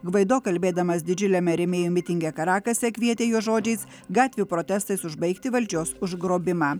gvaido kalbėdamas didžiuliame rėmėjų mitinge karakase kvietė juos žodžiais gatvių protestais užbaigti valdžios užgrobimą